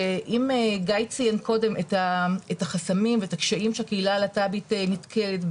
שאם גיא ציין קודם את החסמים ואת הקשיים שהקהילה הלהט"בית נתקלת,